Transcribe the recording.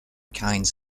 kinds